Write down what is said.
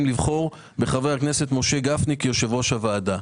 לבחור בחבר הכנסת משה גפני כיושב-ראש הוועדה.